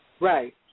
Right